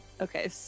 okay